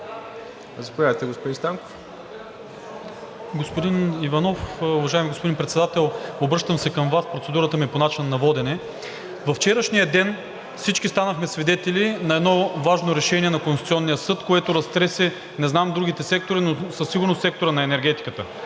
(ГЕРБ-СДС): Уважаеми господин Председател, обръщам се към Вас, процедурата ми е по начина на водене. Във вчерашния ден всички станахме свидетели на едно важно решение на Конституционния съд, което разтресе, не знам другите сектори, но със сигурност, сектора на енергетиката.